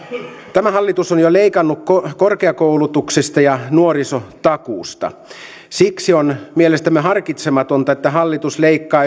tämä hallitus on jo leikannut korkeakoulutuksesta ja nuorisotakuusta siksi on mielestämme harkitsematonta että hallitus leikkaa